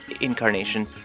incarnation